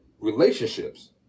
relationships